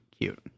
cute